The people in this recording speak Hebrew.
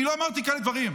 אני לא אמרתי כאלה דברים.